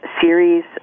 series